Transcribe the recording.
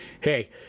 hey